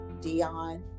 Dion